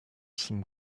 some